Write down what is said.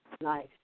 Nice